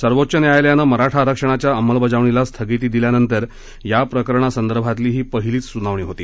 सर्वोच्च न्यायालयानं मराठा आरक्षणाच्या अंबलबजावणीला स्थगिती दिल्यानंतर या प्रकरणासंदर्भातली ही पहिलीच सुनावणी होती